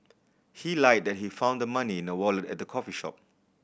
he lied that he found the money in a wallet at the coffee shop